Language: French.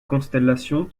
constellations